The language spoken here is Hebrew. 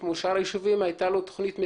וגם אשמח שראש המועצה הצטרף להציג את בעיות המועצה.